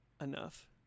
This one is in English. enough